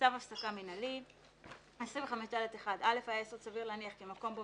צו הפסקה מינהלי 25ד1. היה יסוד סביר להניח כי מקום בו